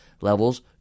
levels